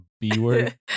B-word